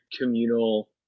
communal